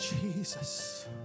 Jesus